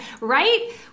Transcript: right